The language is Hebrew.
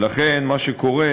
ולכן, מה שקורה